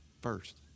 First